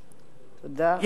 תודה.